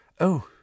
Oh